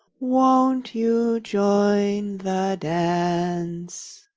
won't you join the dance?